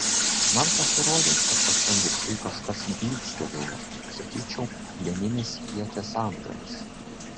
man pasirodė kad pačiam viršuj kažkas blykstelėjo sakyčiau plieninis ieties antgalis